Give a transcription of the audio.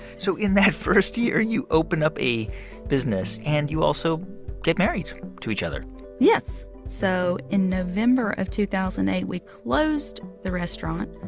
so in that first year, you open up a business, and you also get married to each other yes. so in november of two thousand and eight, we closed the restaurant.